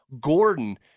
Gordon